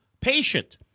patient